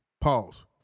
Pause